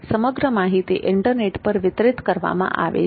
સમગ્ર માહિતી ઈન્ટરનેટ પર વિતરિત કરવામાં આવે છે